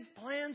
plans